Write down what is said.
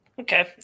Okay